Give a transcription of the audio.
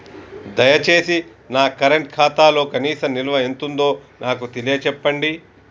దయచేసి నా కరెంట్ ఖాతాలో కనీస నిల్వ ఎంతుందో నాకు తెలియచెప్పండి